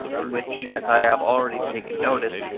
in which, as i have already taken notice,